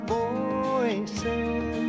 voices